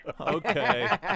Okay